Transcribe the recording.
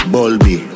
Bulby